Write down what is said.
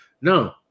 no